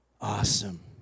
Awesome